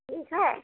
ठीक है